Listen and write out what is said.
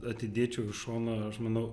atidėčiau į šoną aš manau